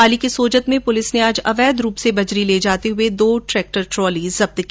पाली के सोजत से पुलिस ने आज अवैध रूप से बजरी ले जाते हुए दो ट्रेक्टर ट्रोली जब्त की